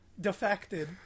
defected